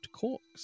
corks